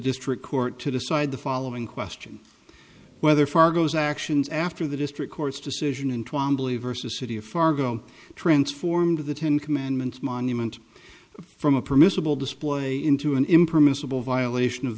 district court to decide the following question whether fargo's actions after the district court's decision in tuam believers the city of fargo transformed the ten commandments monument from a permissible display into an impermissible violation of